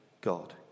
God